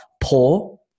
poor